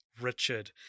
Richard